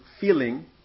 feeling